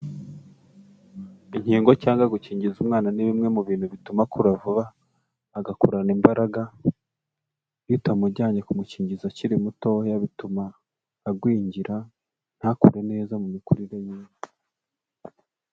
Inkingo cyangwa gukingiza umwana ni bimwe mu bintu bituma akura vuba, agakurana imbaraga, iyo utamujyanye kumukingiza akiri mutoya bituma agwingira ntakure neza mu mikurire yiwe.